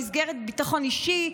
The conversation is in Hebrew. במסגרת ביטחון אישי,